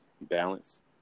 balance